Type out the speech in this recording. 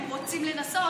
אם רוצים לנסות,